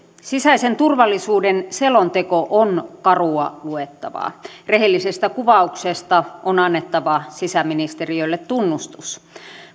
sisäisen turvallisuuden selonteko on karua luettavaa rehellisestä kuvauksesta on annettava sisäministeriölle tunnustus